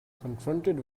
confronted